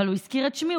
אבל הוא הזכיר את שמי,